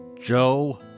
Joe